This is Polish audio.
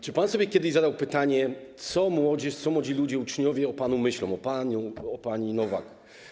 Czy pan sobie kiedyś zadał pytanie, co młodzież, młodzi ludzie, uczniowie myślą o panu, o pani Nowak?